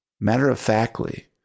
matter-of-factly